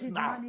now